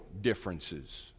differences